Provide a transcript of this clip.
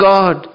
God